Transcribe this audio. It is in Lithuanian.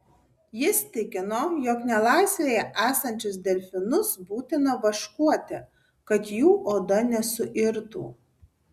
jis tikino jog nelaisvėje esančius delfinus būtina vaškuoti kad jų oda nesuirtų